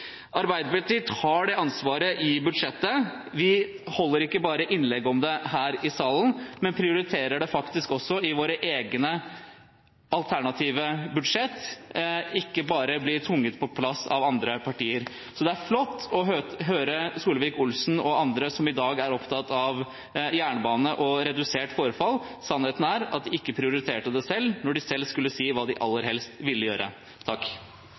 Arbeiderpartiet tar det ansvaret i budsjettet. Vi holder ikke bare innlegg om det her i salen, men prioriterer det faktisk også i våre egne alternative budsjett, det blir ikke bare tvunget på plass av andre partier. Det er flott å høre Solvik-Olsen og andre som i dag er opptatt av jernbane og redusert forfall. Sannheten er at de ikke prioriterte det da de selv skulle si hva de aller helst ville gjøre.